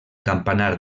campanar